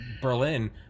berlin